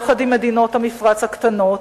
יחד עם מדינות המפרץ הקטנות,